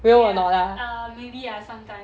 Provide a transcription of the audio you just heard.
ya um maybe ah sometimes